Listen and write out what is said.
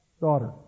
daughter